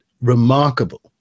remarkable